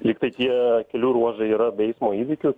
lyg tai tie kelių ruožai yra be eismo įvykių